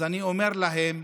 אז אני אומר להם: